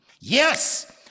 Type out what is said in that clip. Yes